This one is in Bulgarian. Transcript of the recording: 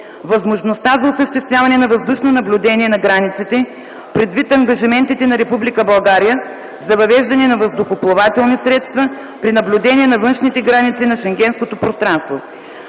възможността за осъществяване на въздушно наблюдение на границите, предвид ангажиментите на Република България за въвеждане на въздухоплавателни средства при наблюдение на външните граници на Шенгенското пространство;